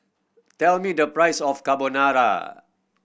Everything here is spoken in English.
tell me the price of Carbonara